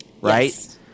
right